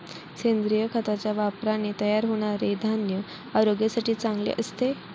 सेंद्रिय खताच्या वापराने तयार होणारे धान्य आरोग्यासाठी चांगले असते